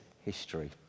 history